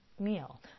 meal